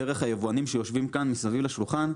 דרך היבואנים שיושבים כאן מסביב לשולחן,